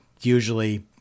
Usually